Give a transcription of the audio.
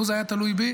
לו זה היה תלוי בי